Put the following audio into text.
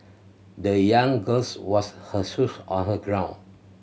the young girls washed her shoes on her grown